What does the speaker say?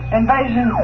invasion